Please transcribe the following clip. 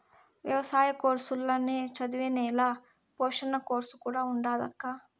ఎవసాయ కోర్సుల్ల నే చదివే నేల పోషణ కోర్సు కూడా ఉండాదక్కా